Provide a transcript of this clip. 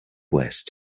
west